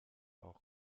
auch